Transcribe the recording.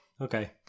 Okay